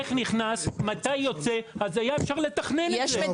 איך הוא נכנס ומתי הוא יוצא היה אפשר לתכנן את זה.